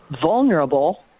vulnerable